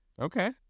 Okay